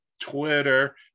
Twitter